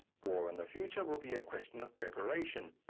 war in the future will be a question of preparation,